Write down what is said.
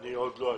אני עוד לא טכנאי.